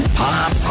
pop